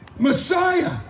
Messiah